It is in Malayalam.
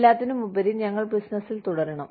എല്ലാത്തിനുമുപരി ഞങ്ങൾ ബിസിനസ്സിൽ തുടരണം